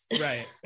Right